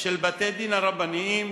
של בתי-הדין הרבניים,